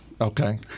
Okay